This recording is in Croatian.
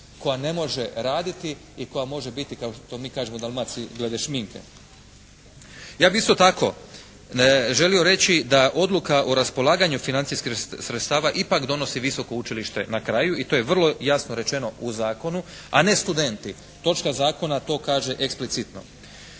koja ne može raditi i koja može biti kao što mi kažemo u Dalmaciji, glede šminke. Ja bih isto tako želio reći da odluka o raspolaganju financijskih sredstava ipak donosi visoko učilište na kraju i to je vrlo jasno rečeno u zakonu, a ne studenti, točka zakona to kaže eksplicitno.